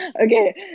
Okay